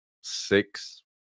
six